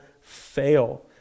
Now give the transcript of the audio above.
fail